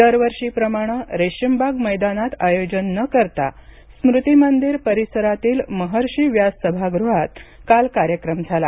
दरवर्षीप्रमाणे रेशीमबाग मैदानात आयोजन न करता स्मृतिमंदिर परिसरातील महर्षी व्यास सभागृहात काल कार्यक्रम झाला